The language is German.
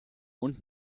und